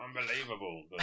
Unbelievable